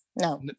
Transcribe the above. no